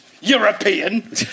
European